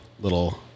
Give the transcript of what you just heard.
little